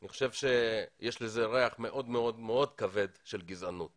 אני חושב שיש לזה ריח מאוד מאוד כבד של גזענות.